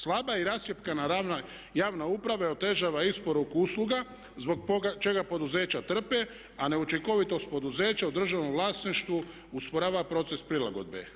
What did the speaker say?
Slaba i rascjepkana javna uprava otežava isporuku usluga zbog čega poduzeća trpe, a neučinkovitost poduzeća u državnom vlasništvu usporava proces prilagodbe.